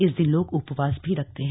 इस दिन लोग उपवास भी रखते हैं